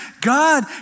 God